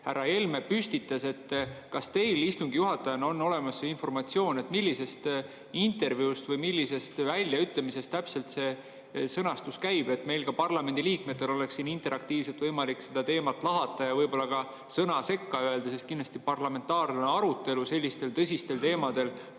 härra Helme püstitas – kas teil istungi juhatajana on olemas informatsioon, millisest intervjuust või millisest väljaütlemisest täpselt [jutt] käib, et meil, parlamendiliikmetel oleks ka siin interaktiivselt võimalik seda teemat lahata ja võib-olla ka sõna sekka öelda? Parlamentaarne arutelu sellistel tõsistel teemadel,